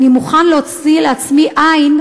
אני מוכן להוציא לעצמי עין,